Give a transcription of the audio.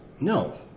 No